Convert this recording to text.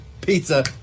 Pizza